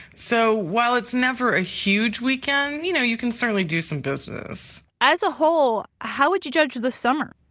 so while it's never a huge weekend, you know you can certainly do some business. as a whole, how would you judge the summer?